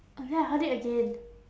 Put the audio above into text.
oh ya I heard it again